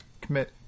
commit